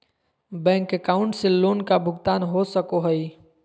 Bank account से loan का भुगतान हो सको हई?